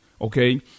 okay